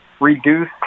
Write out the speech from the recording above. reduce